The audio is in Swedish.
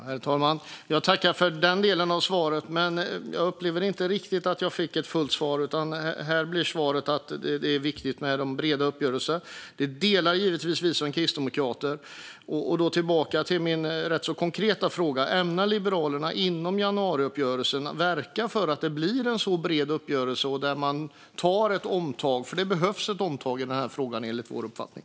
Herr talman! Jag tackar för svaret i den delen. Men jag upplever inte att jag fick ett fullt svar, utan svaret blev att det är viktigt med breda uppgörelser. Den uppfattningen delar givetvis vi kristdemokrater. Tillbaka till min rätt så konkreta fråga: Ämnar Liberalerna verka inom januariuppgörelsen för att det ska bli en så bred uppgörelse som möjligt, där man tar ett omtag? Det behövs ett omtag i den här frågan, enligt vår uppfattning.